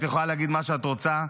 את יכולה להגיד מה שאת רוצה,